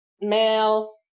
male